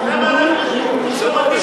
ו"לווייתן"?